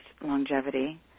longevity